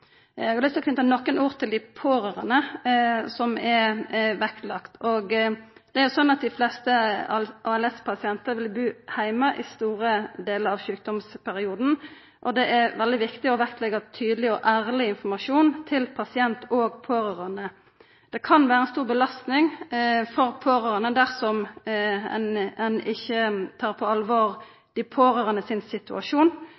Eg har lyst til å knytta nokre ord til dei pårørande, som er vektlagde. Dei fleste ALS-pasientar vil bu heime i store delar av sjukdomsperioden. Det er veldig viktig å vektleggja tydeleg og ærleg informasjon til pasient og pårørande. Det kan vera ei stor belastning for pårørande dersom ein ikkje tar på